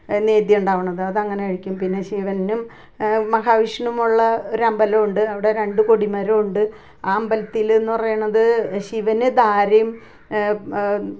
നേദ്യം ഉണ്ടാവുന്നത് അത് അങ്ങനെ കഴിക്കും പിന്നെ ശിവനും മഹാവിഷ്ണുവുമുള്ള ഒരു അമ്പലം ഉണ്ട് അവിടെ രണ്ട് കൊടിമരവും ഉണ്ട് ആ അമ്പലത്തിൽ എന്ന് പറയുന്നത് ശിവന് ദാരേം